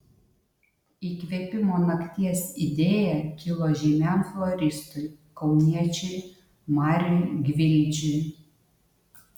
įkvėpimo nakties idėja kilo žymiam floristui kauniečiui marijui gvildžiui